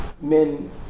men